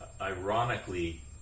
ironically